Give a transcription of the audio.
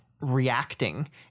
reacting